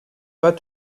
pas